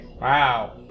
Wow